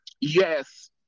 Yes